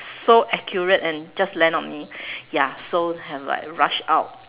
so accurate and just land on me ya so have to like rush out